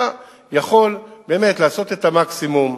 אתה יכול באמת לעשות את המקסימום,